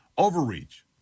Overreach